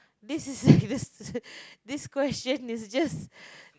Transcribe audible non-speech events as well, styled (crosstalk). this is serious (laughs) this question is just